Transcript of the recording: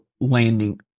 landing